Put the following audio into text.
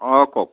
অঁ কওক